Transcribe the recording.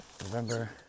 November